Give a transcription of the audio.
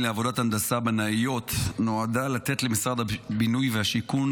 אושרה בקריאה הראשונה ותעבור לדיון בוועדת החוקה,